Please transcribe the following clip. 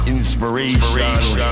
Inspiration